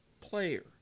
player